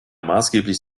maßgeblich